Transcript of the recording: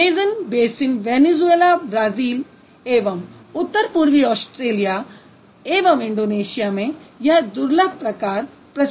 Amazon basin Venezuela Brazil एवं उत्तर पूर्वी ऑस्ट्रेलिया एवं इंडोनेशिया में यह दुर्लभ प्रकार प्रचलन में है